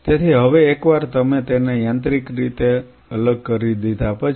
તેથી હવે એકવાર તમે તેને યાંત્રિક રીતે અલગ કરી દીધા પછી